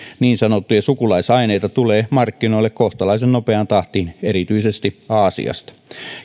niin sanottuja sukulaisaineita tulee markkinoille kohtalaisen nopeaan tahtiin erityisesti aasiasta